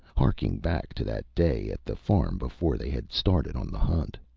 harking back to that day at the farm before they had started on the hunt.